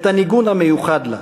את הניגון המיוחד לה.